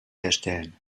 herstellen